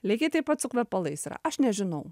lygiai taip pat su kvepalais yra aš nežinau